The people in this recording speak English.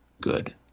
good